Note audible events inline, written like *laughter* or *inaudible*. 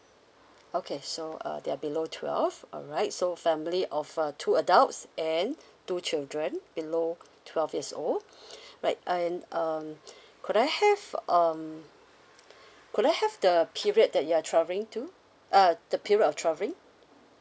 okay so uh they are below twelve alright so family of uh two adults and two children below twelve years old *breath* right and um *breath* could I have um could I have the period that you are travelling to uh the period of travelling